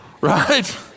right